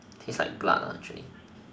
taste like blood actually